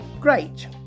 great